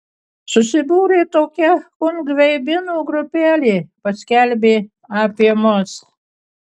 susibūrė tokia chungveibinų grupelė paskelbė apie mus